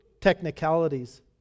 technicalities